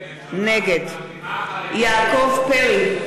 נגד יעקב פרי,